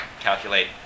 calculate